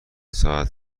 ساعت